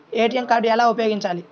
ATM card ఎలా ఉపయోగించాలి?